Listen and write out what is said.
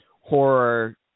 horror